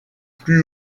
plus